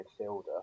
midfielder